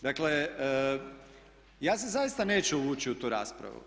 Dakle ja se zaista neću uvući u tu raspravu.